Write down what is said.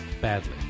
badly